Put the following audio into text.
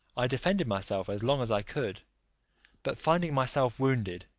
i defended myself as long as i could but finding myself wounded,